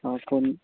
phone